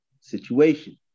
situation